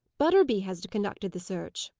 butterby has conducted the search.